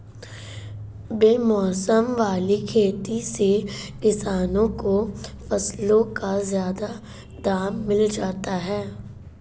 बेमौसम वाली खेती से किसानों को फसलों का ज्यादा दाम मिल जाता है